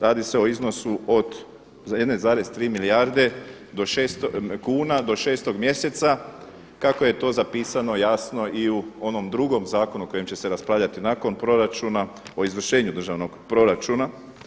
Radi se o iznosu od 1,3 milijarde kuna do 6. mjeseca kako je to zapisano jasno i u onom drugom zakonu o kojem će se raspravljati nakon proračuna, o izvršenju državnog proračuna.